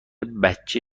بچه